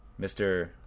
Mr